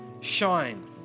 shine